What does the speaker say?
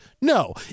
No